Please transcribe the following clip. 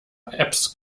apps